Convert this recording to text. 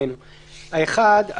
האחד,